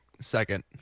second